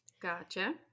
Gotcha